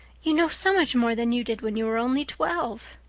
you know so much more than you did when you were only twelve.